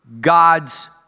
God's